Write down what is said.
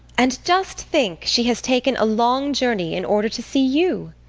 and just think, she has taken a long journey in order to see you.